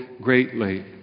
greatly